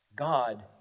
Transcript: God